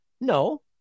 no